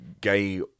gay